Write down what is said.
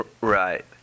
Right